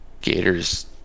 Gators